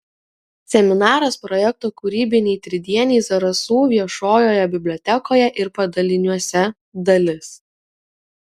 seminaras projekto kūrybiniai tridieniai zarasų viešojoje bibliotekoje ir padaliniuose dalis